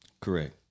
correct